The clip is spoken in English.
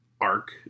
arc